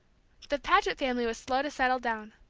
the paget family was slow to settle down.